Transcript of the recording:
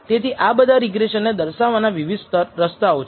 તેથી આ બધા રિગ્રેસન ને દર્શાવવાના વિવિધ રસ્તાઓ છે